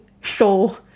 show